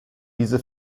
diese